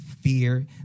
fear